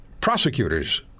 prosecutors